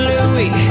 Louis